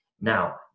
now